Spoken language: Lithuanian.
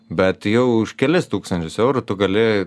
bet jau už kelis tūkstančius eurų tu gali